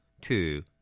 two